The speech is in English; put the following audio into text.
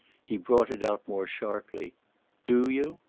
he brought it out more sharply do you?